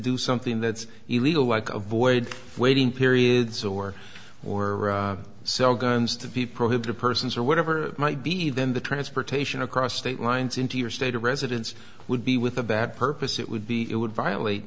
do something that's illegal like avoid waiting periods or or sell guns to be prohibited persons or whatever it might be then the transportation across state lines into your state of residence would be with a bad purpose it would be it would violate